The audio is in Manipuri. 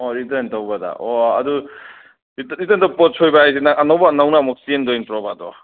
ꯑꯣ ꯔꯤꯇꯔꯟ ꯇꯧꯕꯗ ꯑꯣ ꯑꯗꯨ ꯔꯤꯇꯔꯟꯗ ꯄꯣꯠ ꯁꯣꯏꯕ ꯍꯥꯏꯁꯦ ꯅꯪ ꯑꯅꯧꯕ ꯅꯪꯅ ꯑꯃꯨꯛ ꯆꯦꯟꯗꯣ ꯅꯠꯇ꯭ꯔꯣꯕ ꯑꯗꯣ